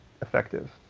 effective